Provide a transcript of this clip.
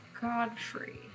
Godfrey